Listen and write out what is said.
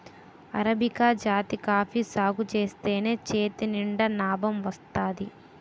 arabica జాతి coffee సాగుజేత్తేనే చేతినిండా నాబం వత్తాది